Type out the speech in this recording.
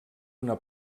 una